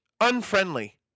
unfriendly